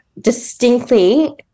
distinctly